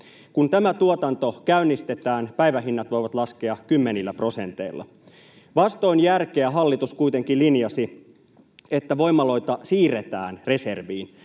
Kun tämä tuotanto käynnistetään, päivähinnat voivat laskea kymmenillä prosenteilla. Vastoin järkeä hallitus kuitenkin linjasi, että voimaloita siirretään reserviin.